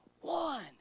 one